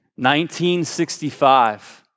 1965